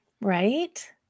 Right